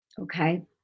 Okay